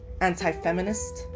anti-feminist